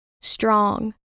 strong